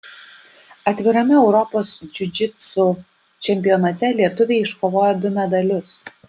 atvirame europos džiudžitsu čempionate lietuviai iškovojo du medalius